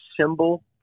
symbol